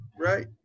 right